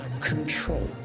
control